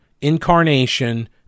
incarnation